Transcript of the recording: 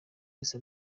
wese